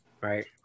right